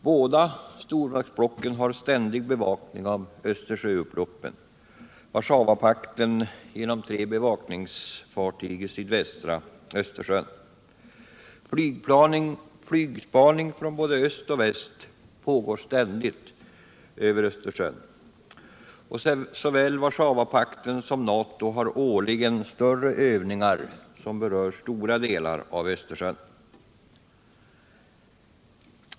Båda stormaktsblocken har ständig bevakning vid Östersjöutloppen, Warszawapakten genom tre bevakningsfartyg i sydvästra Östersjön. Flygspaning från både öst och väst pågår ständigt över Östersjön. Såväl Warszawapakten som NATO har årligen större övningar som berör stora delar av Östersjön.